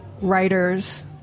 writers